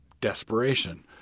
desperation